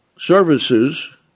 services